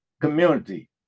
community